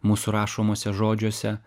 mūsų rašomuose žodžiuose